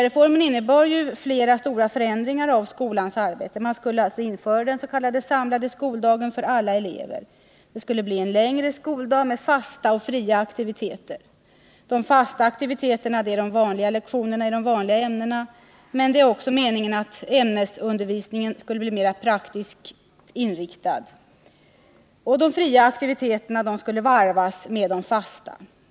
Reformen innebar ju stora förändringar av skolans arbete. Den samlade skoldagen för alla elever skulle innebära en längre skoldag med inslag av fasta och fria aktiviteter. De fasta aktiviteterna är de vanliga lektionerna i de vanliga ämnena, men meningen var också att ämnesundervisningen skulle bli mer praktiskt inriktad. De fria aktiviteterna skulle varvas med de fasta.